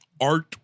Art